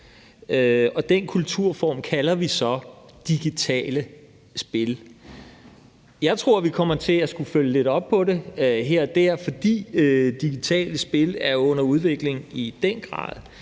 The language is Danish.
Den kulturform kalder vi så digitale spil. Jeg tror, at vi kommer til at skulle følge lidt op på det her og der, fordi digitale spil i den grad